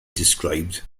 described